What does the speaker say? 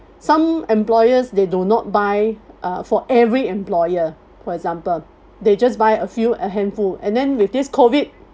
some employers they do not buy uh for every employer for example they just buy a few a handful and then with this COVID